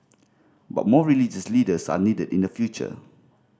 but more religious leaders are needed in the future